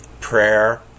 prayer